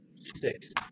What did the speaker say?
Six